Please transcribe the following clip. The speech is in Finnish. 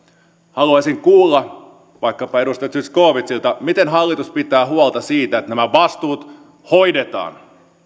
haluaisin kuulla vaikkapa edustaja zyskowiczilta miten hallitus pitää huolta siitä että nämä vastuut hoidetaan